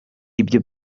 ibyo